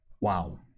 wow